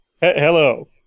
Hello